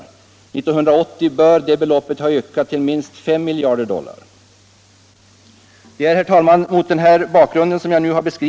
1980 bör det beloppet ha ökat till minst 5 miljarder dollar.